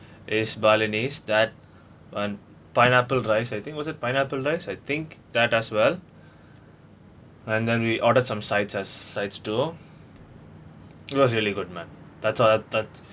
it's balinese that and pineapple rice I think was it pineapple rice I think that as well and then we ordered some sides as sides too it was really good man that's what that's